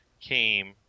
came